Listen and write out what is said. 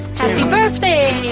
birthday!